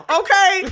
okay